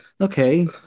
Okay